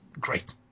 great